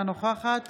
אינה נוכחת